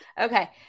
Okay